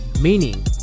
Meaning